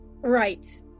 Right